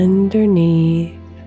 Underneath